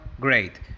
great